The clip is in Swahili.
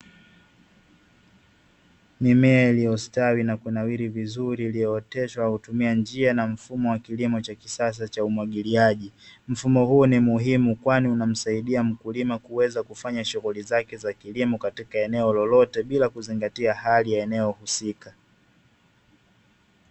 Mimea iliyostawi na kunawiri vizuri iliyooteshwa kwa kutumia njia na mfumo wa kilimo cha kisasa cha umwagiliaji. Mfumo huu ni muhimu kwani unamsaidia mkulima kuweza kufanya shughuli zake za kilimo katika eneo lolote bila kuzingatia hali ya eneo husika.